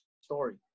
story